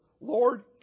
Lord